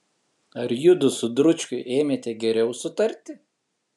ar judu su dručkiu ėmėte geriau sutarti